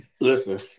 Listen